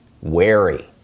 wary